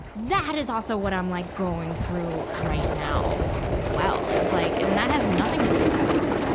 that is also what i'm like going through right now as well, is like, and and that has nothing to do with like,